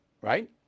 right